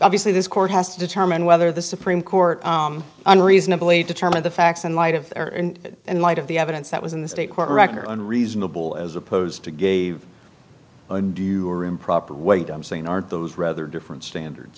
obviously this court has to determine whether the supreme court unreasonably determine the facts in light of that in light of the evidence that was in the state court record and reasonable as opposed to gave undue you were improper weight i'm saying aren't those rather different standards